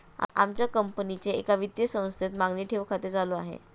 आमच्या कंपनीचे एका वित्तीय संस्थेत मागणी ठेव खाते चालू आहे